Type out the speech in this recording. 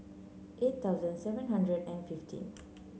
eight thousand seven hundred and fifteen